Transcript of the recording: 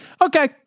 Okay